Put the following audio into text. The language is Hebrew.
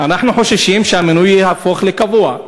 אנחנו חוששים שהמינוי יהפוך לקבוע.